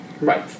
right